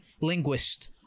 Linguist